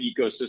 ecosystem